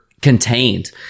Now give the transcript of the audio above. contained